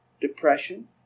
depression